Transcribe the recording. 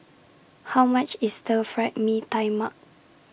How much IS Stir Fried Mee Tai Mak